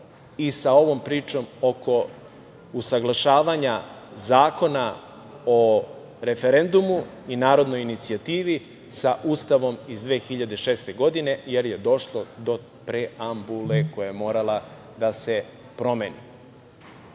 i sa ovom pričom oko usaglašavanja Zakona o referendumu i narodnoj inicijativi sa Ustavom iz 2006. godine, jer je došlo do preambule koja je morala da se promeni.